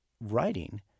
writing